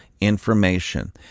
information